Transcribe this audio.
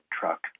truck